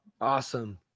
Awesome